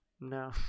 No